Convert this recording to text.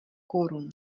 korun